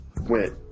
went